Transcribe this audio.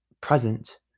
present